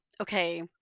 okay